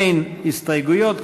אין הסתייגויות,